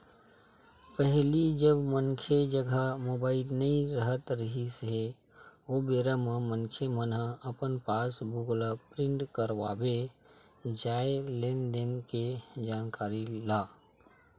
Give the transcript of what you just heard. पहिली जब मनखे जघा मुबाइल नइ राहत रिहिस हे ओ बेरा म मनखे मन ह अपन पास बुक ल प्रिंट करवाबे जानय लेन देन के जानकारी ला